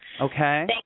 Okay